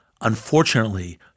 Unfortunately